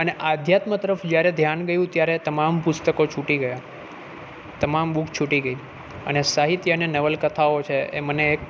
અને આધ્યાત્મ તરફ જ્યારે ધ્યાન ગયું ત્યારે તમામ પુસ્તકો છૂટી ગયા તમામ બુક છૂટી ગઈ અને સાહિત્ય અને નવલકથાઓ છે એ મને એક